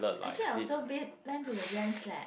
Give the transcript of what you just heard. actually I also been went to the leh